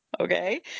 Okay